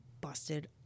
busted